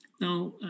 Now